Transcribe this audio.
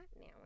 now